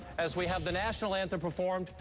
as we have the national anthem performed.